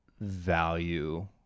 value